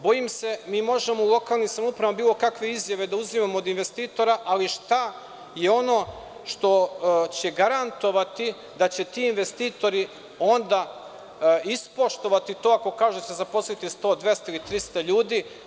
Bojim se, možemo u lokalnim samoupravama bilo kakve izjave da uzimamo od investitora, ali šta je ono što će garantovati da će ti investitori ispoštovati onda to, ako kažu da će zaposliti 100, 200 ili 300 ljudi?